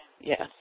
yes